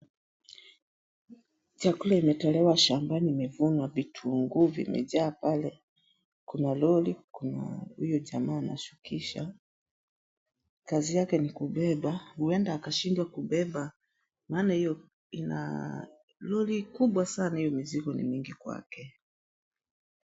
Chakula imetolewa shambani, imevunwa. Vitunguu vimejaa pale. Kuna lori, kuna huyo jamaa anashukisha, kazi yake ni kubeba. Huwenda akashindwa kubeba, maana hio ina lori kubwa sana, hiyo mizigo ni mingi kwake.